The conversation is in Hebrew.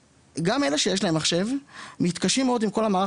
שגם אלה שיש להם מחשב מתקשים מאוד עם כל המערך